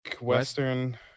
western